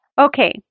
Okay